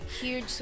huge